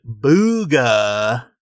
Booga